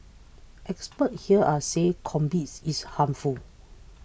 experts here are say cannabis is harmful